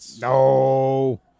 No